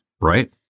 Right